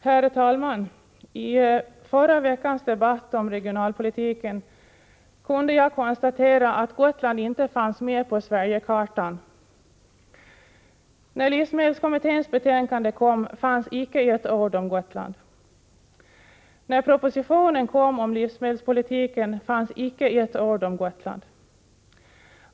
Herr talman! I förra veckans debatt om regionalpolitiken kunde jag konstatera att Gotland inte fanns med på Sverigekartan. När livsmedelskommitténs betänkande kom fanns icke ett ord om Gotland. När propositionen om livsmedelspolitiken kom fanns icke ett ord om Gotland.